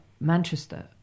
Manchester